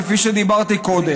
כפי שאמרתי קודם,